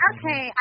Okay